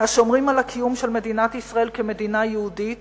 השומרים על הקיום של מדינת ישראל כמדינה יהודית